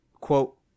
quote